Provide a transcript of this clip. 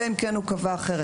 אלא אם כן הוא קבע אחרת.